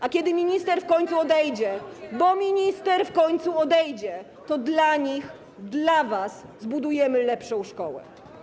A kiedy minister w końcu odejdzie, bo minister w końcu odejdzie, to dla nich, dla was, zbudujemy lepszą szkołę.